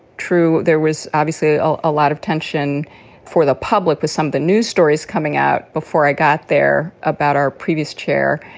true, there was obviously a ah lot of tension for the public with some of the news stories coming out. before i got there about our previous chair.